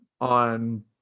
on